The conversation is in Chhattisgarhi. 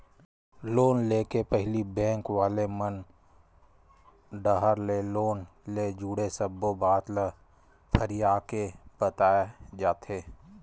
लोन ले के पहिली बेंक वाले मन डाहर ले लोन ले जुड़े सब्बो बात ल फरियाके बताए जाथे